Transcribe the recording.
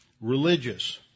religious